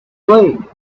flee